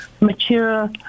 mature